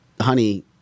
honey